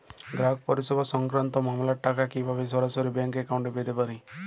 গ্রাহক পরিষেবা সংক্রান্ত মামলার টাকা কীভাবে সরাসরি ব্যাংক অ্যাকাউন্টে পেতে পারি?